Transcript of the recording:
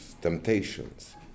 temptations